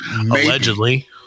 Allegedly